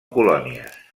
colònies